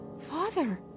Father